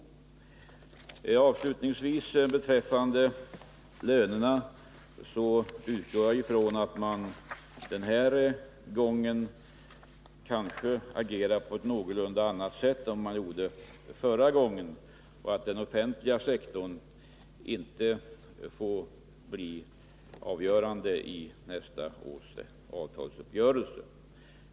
Avslutningsvis vill jag beträffande lönerna säga att jag utgår ifrån att man den här gången agerar på ett annorlunda sätt än i den senaste avtalsrörelsen. Den offentliga sektorn får inte bli löneledande.